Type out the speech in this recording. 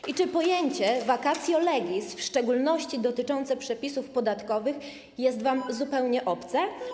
I czy pojęcie vacatio legis, w szczególności dotyczące przepisów podatkowych, jest wam zupełnie obce?